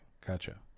gotcha